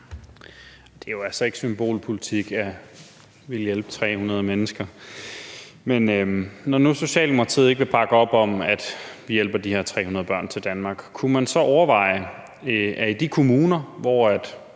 Det er jo altså ikke symbolpolitik at ville hjælpe 300 mennesker. Men når nu Socialdemokratiet ikke vil bakke op om, at vi hjælper de her 300 børn til Danmark, kunne man så overveje, at man i de kommuner, hvor man